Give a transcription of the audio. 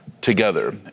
together